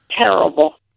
terrible